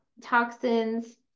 toxins